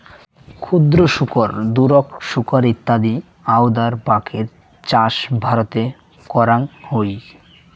ক্ষুদ্র শুকর, দুরোক শুকর ইত্যাদি আউদাউ বাকের চাষ ভারতে করাং হই